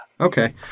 Okay